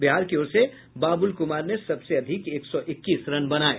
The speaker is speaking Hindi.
बिहार की ओर से बाबुल कुमार ने सबसे अधिक एक सौ इक्कीस रन बनाये